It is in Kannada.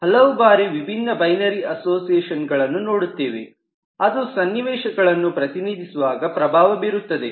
ಹಲವು ಬಾರಿ ವಿವಿಧ ಬೈನೆರಿ ಅಸೋಸಿಯೇಷನ್ ಗಳನ್ನು ನೋಡುತ್ತೇವೆ ಅದು ಸನ್ನಿವೇಶಗಳನ್ನು ಪ್ರತಿನಿಧಿಸುವಾಗ ಪ್ರಭಾವ ಬೀರುತ್ತದೆ